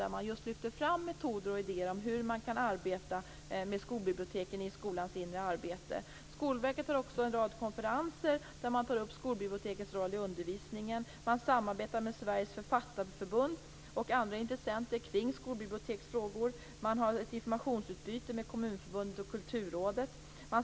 Där lyfts metoder och idéer fram om hur man kan arbeta med skolbiblioteken i skolans inre arbete. Skolverket har också en rad konferenser där man tar upp skolbibliotekets roll i undervisningen. Verket samarbetar med Sveriges Författarförbund och andra intressenter i skolbiblioteksfrågor. Det sker ett informationsutbyte med Kommunförbundet och Kulturrådet.